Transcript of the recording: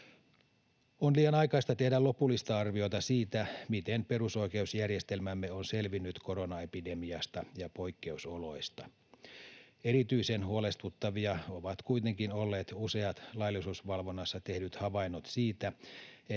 On liian aikaista tehdä lopullista arviota siitä, miten perusoikeusjärjestelmämme on selvinnyt koronaepidemiasta ja poikkeusoloista. Erityisen huolestuttavia ovat kuitenkin olleet useat laillisuusvalvonnassa tehdyt havainnot siitä, että